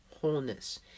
wholeness